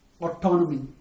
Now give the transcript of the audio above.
autonomy